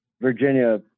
Virginia